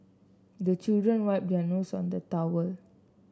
the children wipe their nose on the towel